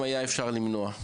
אפשר היה למנוע.